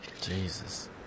Jesus